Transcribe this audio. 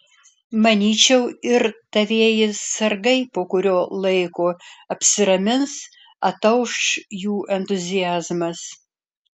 manyčiau ir tavieji sargai po kurio laiko apsiramins atauš jų entuziazmas